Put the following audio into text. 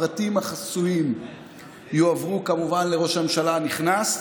הפרטים החסויים יועברו כמובן לראש הממשלה הנכנס.